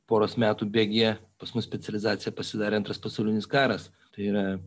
poros metų bėgyje pas mus specializacija pasidarė antras pasaulinis karas tai yra